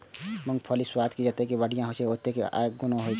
मूंगफलीक स्वाद जतेक बढ़िया होइ छै, ओतबे अय मे गुणो होइ छै